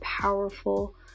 powerful